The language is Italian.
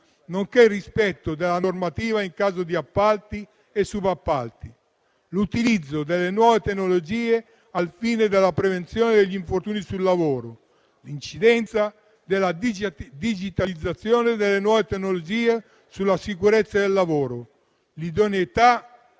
nonché il rispetto della normativa in caso di appalti e subappalti; l'utilizzo delle nuove tecnologie al fine della prevenzione degli infortuni sul lavoro; l'incidenza della digitalizzazione e delle nuove tecnologie sulla sicurezza sul lavoro; l'idoneità